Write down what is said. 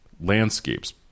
landscapes